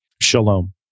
shalom